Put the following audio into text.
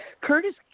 Curtis